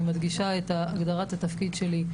אני מדגישה את הגדרת התפקיד שלי.